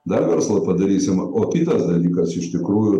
dar verslą padarysime o kitas dalykas iš tikrųjų